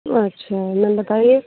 अच्छा मैम बताइए